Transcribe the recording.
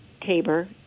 Tabor